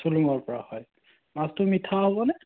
চুলুঙৰ পৰা হয় মাছটো মিঠা হ'ব নে